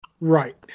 right